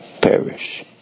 perish